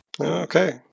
Okay